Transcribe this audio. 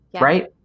Right